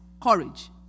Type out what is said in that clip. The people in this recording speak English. courage